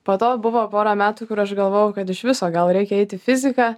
po to buvo pora metų kur aš galvojau kad iš viso gal reikia eit į fiziką